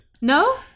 no